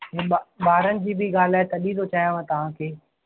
उहा ॿा ॿारनि जी बि ॻाल्हि आहे तॾहिं थो चयांव तव्हांखे